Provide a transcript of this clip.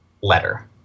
letter